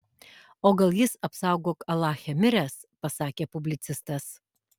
o gal jis apsaugok alache miręs pasakė publicistas